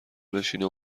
بشینه